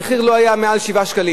המחיר לא היה 7 שקלים.